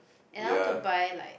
and I want to buy like